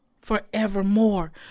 forevermore